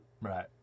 Right